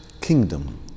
kingdom